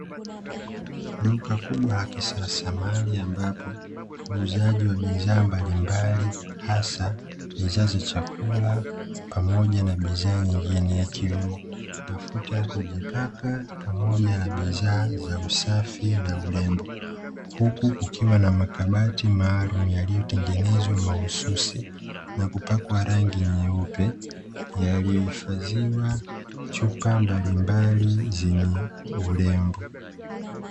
Duka kubwa la kisasa, mahali ambapo uuzaji wa bidhaa mbalimbali hasa bidhaa za chakula pamoja na bidhaa nyingine; ikiwemo mafuta ya kujipaka pamoja na bidhaa za usafi na urembo, huku kukiwa na makabati maalumu; yaliyotengenezwa mahususi na kupakwa rangi nyeupe, yaliyohifadhiwa chupa mbalimbali zenye urembo.